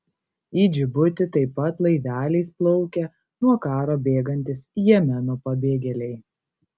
į džibutį taip pat laiveliais plaukia nuo karo bėgantys jemeno pabėgėliai